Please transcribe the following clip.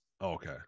Okay